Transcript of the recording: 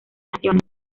naciones